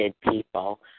people